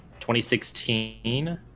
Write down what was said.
2016